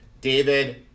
David